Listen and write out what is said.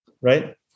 right